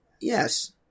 Yes